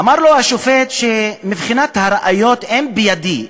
אמר לו השופט שמבחינת הראיות אין בידי,